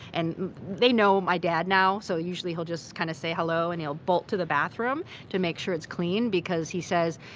and they know my dad now, so usually he'll just kind of say hello and he'll bolt to the bathroom to make sure it's clean. he says,